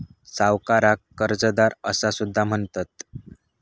सावकाराक कर्जदार असा सुद्धा म्हणतत